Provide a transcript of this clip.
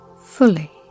fully